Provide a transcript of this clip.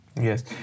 Yes